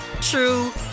true